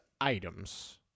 items